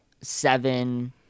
seven